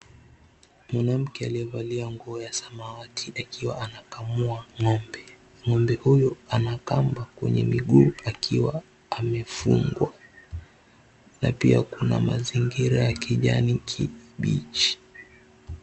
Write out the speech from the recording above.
Mwanamke aliyevalia nguo ya samawati akiwa anakamua ng'ombe. Ng'ombe huyu anakamaba kwenye miguu akiwa amefungwa na pia kuna mazingira ya kijani kibichi.